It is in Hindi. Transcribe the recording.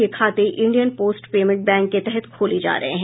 ये खाते इंडियन पोस्ट पेमेंट बैंक के तहत खोले जा रहे हैं